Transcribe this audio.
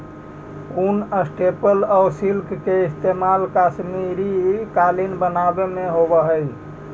ऊन, स्टेपल आउ सिल्क के इस्तेमाल कश्मीरी कालीन बनावे में होवऽ हइ